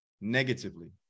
negatively